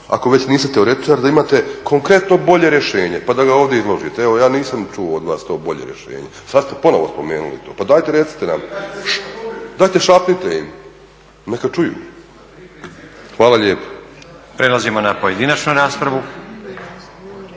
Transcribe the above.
ako već niste teoretičar da imate konkretno bolje rješenje pa da ga ovdje izložite. Evo ja nisam čuo od vas to bolje rješenje, sada ste ponovno spomenuli to pa dajte recite nam. Dajte šapnite im, neka čuju. Hvala lijepa. **Stazić, Nenad (SDP)** Prelazimo na pojedinačnu raspravu.